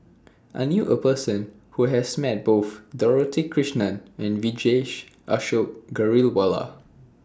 I knew A Person Who has Met Both Dorothy Krishnan and Vijesh Ashok Ghariwala